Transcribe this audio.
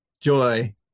joy